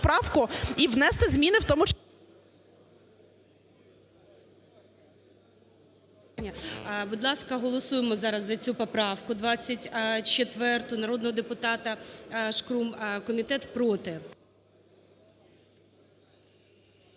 Будь ласка, голосуємо зараз за цю поправку 24 народного депутата Шкрум. Комітет – проти.